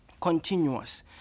continuous